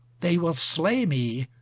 they will slay me,